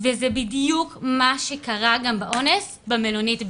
וזה בדיוק מה שקרה גם באונס במלונית ביפו.